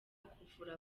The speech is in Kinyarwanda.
kuvura